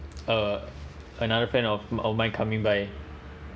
uh another friend of mine coming by